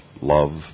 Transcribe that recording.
love